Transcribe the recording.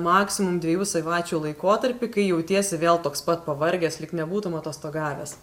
maksimum dviejų savaičių laikotarpį kai jautiesi vėl toks pat pavargęs lyg nebūtum atostogavęs